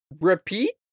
repeat